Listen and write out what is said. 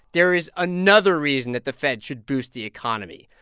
there is another reason that the fed should boost the economy.